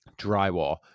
drywall